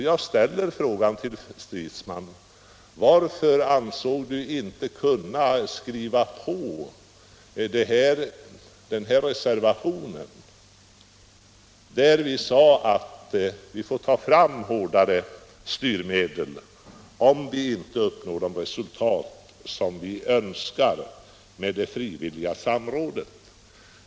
Jag ställer frågan till Stridsman varför han inte ansåg sig kunna skriva på reservationen där vi sade att vi får ta fram hårdare styrmedel om vi inte når de resultat vi önskar med det frivilliga samrådet.